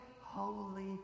holy